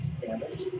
damage